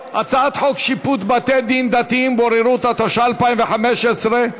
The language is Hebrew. הצעת חוק שיפוט בתי-דין דתיים (בוררות) התשע"ה 2015,